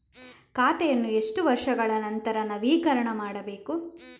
ಖಾತೆಯನ್ನು ಎಷ್ಟು ವರ್ಷಗಳ ನಂತರ ನವೀಕರಣ ಮಾಡಬೇಕು?